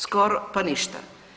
Skoro pa ništa.